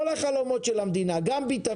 מדובר בכל החלומות של המדינה: גם ביטחון,